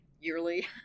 yearly